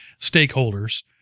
stakeholders